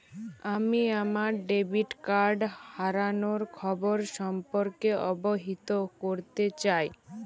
আমি আমার debit card হারানোর খবর সম্পর্কে অবহিত করতে চাই